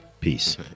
peace